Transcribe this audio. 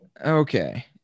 okay